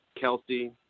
Kelsey